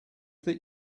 that